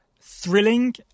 thrilling